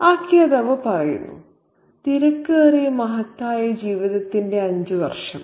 ആഖ്യാതാവ് പറയുന്നു "തിരക്കേറിയ മഹത്തായ ജീവിതത്തിന്റെ അഞ്ച് വർഷം